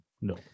no